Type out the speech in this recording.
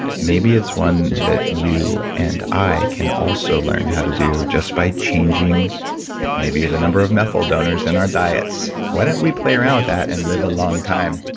maybe it's one that you and i can also learn how to do, just by changing maybe the number of methyl donors in our diets. why don't we play around with that and live a long time?